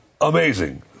amazing